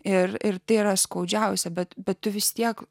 ir ir tėra skaudžiausia bet bet vis tiek